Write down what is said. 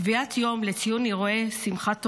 קביעת יום לציון אירועי שמחת תורה,